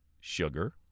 sugar